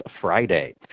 Friday